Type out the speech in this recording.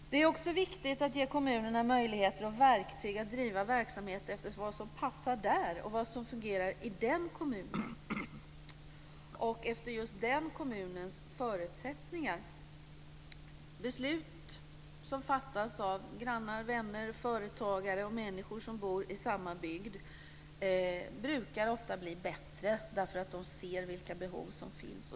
Det är också viktigt att ge kommunen möjligheter och verktyg att driva verksamhet efter vad som passar där och vad som fungerar i den kommunen och efter just den kommunens förutsättningar. Beslut som fattas av grannar, vänner, företagare och människor som bor i samma bygd brukar ofta blir bättre, därför att de ser vilka behov som finns.